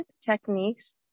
techniques